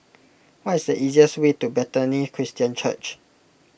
what is the easiest way to Bethany Christian Church